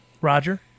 Roger